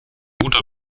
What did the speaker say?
guter